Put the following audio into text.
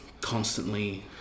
constantly